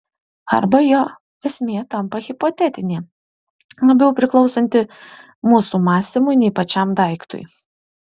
arba jo esmė tampa hipotetinė labiau priklausanti mūsų mąstymui nei pačiam daiktui